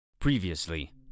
Previously